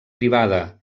privada